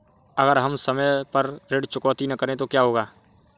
अगर हम समय पर ऋण चुकौती न करें तो क्या होगा?